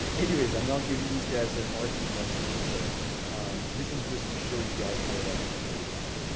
anyways, i'm not giving these guys a marketing lesson. so this is just to show you guys how it actually plays out.